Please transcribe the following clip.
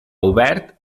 obert